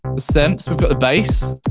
the synths, we've got the bass